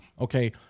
okay